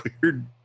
weird